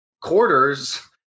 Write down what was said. quarters